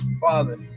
Father